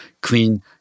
clean